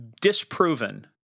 disproven